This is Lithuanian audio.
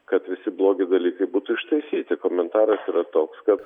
kad visi blogi dalykai būtų ištaisyti komentaras yra toks kad